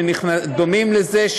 דומים לזה,